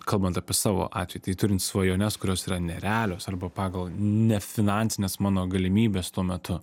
kalbant apie savo ateitį turint svajones kurios yra nerealios arba pagal nefinansines mano galimybes tuo metu